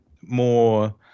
more